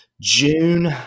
June